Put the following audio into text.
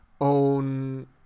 own –